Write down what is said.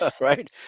Right